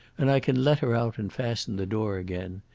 and i can let her out and fasten the door again.